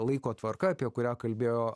laiko tvarka apie kurią kalbėjo